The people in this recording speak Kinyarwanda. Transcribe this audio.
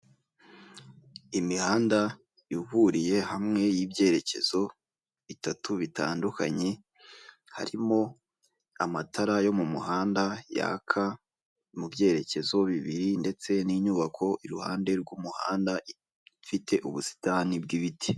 Imihanda ihuriye hamwe n'ibyerekezo bitatu bitandukanye, harimo amatara yo mu muhanda yaka mu byerekezo bibiri, ndetse n'inyubako i ruhande rw'umuhanda ifite ubusitani bw'ibiti.